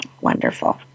Wonderful